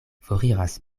foriras